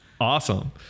Awesome